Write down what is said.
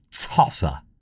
tosser